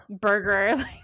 burger